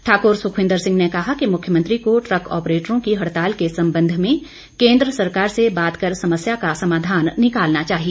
ठाकुर सुक्खविंद्र सिंह ने कहा कि मुख्यमंत्री को ट्रक ऑपरेटरों की हड़ताल के संबंध में केंद्र सरकार से बात कर समस्या का समाधान निकालना चाहिए